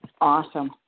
Awesome